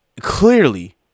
clearly